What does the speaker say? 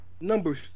number